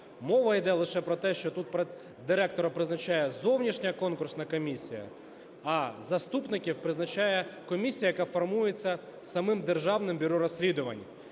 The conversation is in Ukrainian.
Мова йде лише про те, що тут директора призначає зовнішня конкурсна комісія, а заступників призначає комісія, яка формується самим Державним бюро розслідувань.